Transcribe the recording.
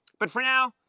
but for now,